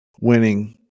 winning